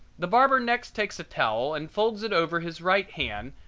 the barber next takes a towel and folds it over his right hand,